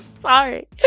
Sorry